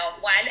One